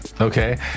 okay